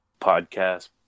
podcast